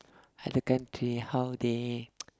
other country how they